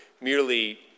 merely